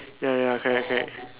ya ya correct correct